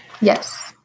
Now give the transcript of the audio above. Yes